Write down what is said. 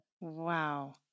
Wow